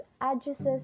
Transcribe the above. addresses